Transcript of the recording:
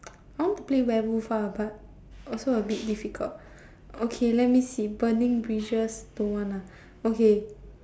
I want to play werewolf ah but also a bit difficult okay let me see burning bridges don't want lah okay